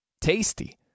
Tasty